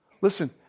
Listen